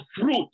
fruit